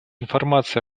информация